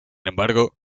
embargo